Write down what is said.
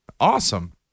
Awesome